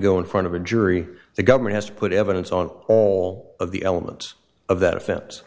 go in front of a jury the government has to put evidence on all of the elements of that offense